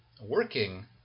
working